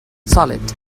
solid